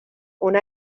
una